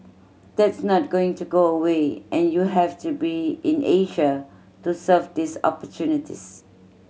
that's not going to go away and you have to be in Asia to serve these opportunities